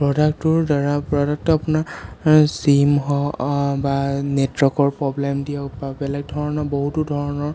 প্ৰডাক্টটোৰ দ্বাৰা প্ৰডাক্টটো আপোনাৰ ছিম হওঁক বা নেটৱৰ্কৰ প্ৰব্লেম দিয়ক বা বেলেগ ধৰণৰ বহুতো ধৰণৰ